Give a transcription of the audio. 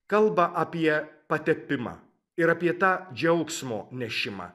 kalba apie patepimą ir apie tą džiaugsmo nešimą